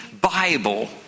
Bible